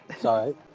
sorry